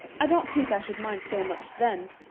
i don't think i should mind so much then.